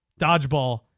Dodgeball